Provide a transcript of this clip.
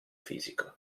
fisico